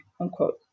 unquote